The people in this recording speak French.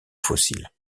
fossile